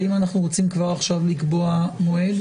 האם אנחנו רוצים כבר עכשיו לקבוע מועד?